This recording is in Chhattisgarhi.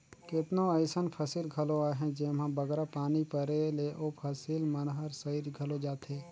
केतनो अइसन फसिल घलो अहें जेम्हां बगरा पानी परे ले ओ फसिल मन हर सइर घलो जाथे